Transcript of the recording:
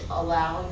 allow